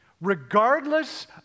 regardless